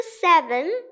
seven